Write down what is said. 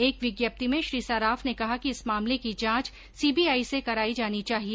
एक विज्ञप्ति में श्री सराफ ने कहा कि इस मामले की जांच सीबीआई से कराई जानी चाहिए